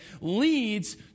leads